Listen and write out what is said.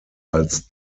als